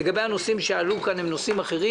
לגבי הנושאים שעלו כאן הם נושאים אחרים.